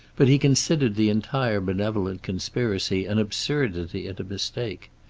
but he considered the entire benevolent conspiracy an absurdity and a mistake.